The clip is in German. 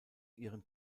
ihren